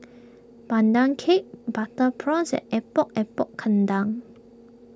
Pandan Cake Butter Prawns and Epok Epok Kentang